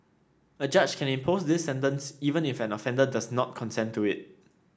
a judge can impose this sentence even if an offender does not consent to it